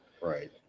Right